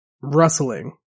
rustling